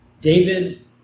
David